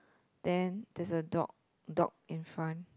then there's a dog dog in front